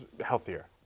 healthier